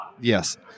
Yes